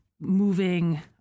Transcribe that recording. moving